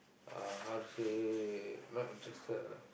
uh how to say not interested lah